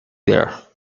there